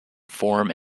form